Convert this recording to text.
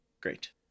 Great